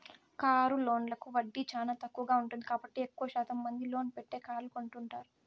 car లోన్లకు వడ్డీ చానా తక్కువగా ఉంటుంది కాబట్టి ఎక్కువ శాతం మంది లోన్ పెట్టే కార్లు కొంటారు